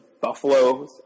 Buffalo